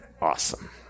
awesome